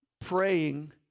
praying